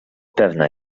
pewna